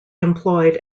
employed